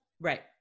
right